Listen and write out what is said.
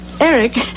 Eric